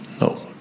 no